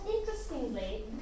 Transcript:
interestingly